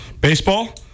Baseball